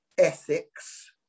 ethics